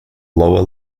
lower